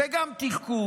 זה גם תחכום,